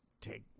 take